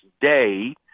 day